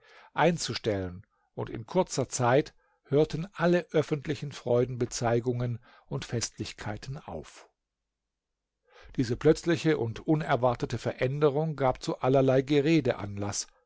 einzustellen und in kurzer zeit hörten alle öffentlichen freudenbezeigungen und festlichkeiten auf diese plötzliche und unerwartete veränderung gab zu allerlei gerede anlaß